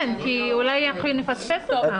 כן, שלא נפספס אותם.